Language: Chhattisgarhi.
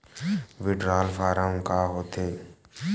विड्राल फारम का होथे?